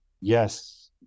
yes